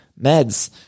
meds